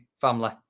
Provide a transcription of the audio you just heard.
family